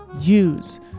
use